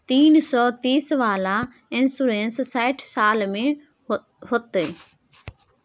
तीन सौ तीस वाला इन्सुरेंस साठ साल में होतै?